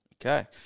Okay